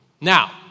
Now